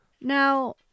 Now